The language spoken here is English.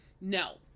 No